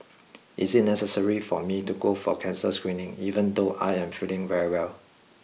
is it necessary for me to go for cancer screening even though I am feeling very well